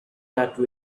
that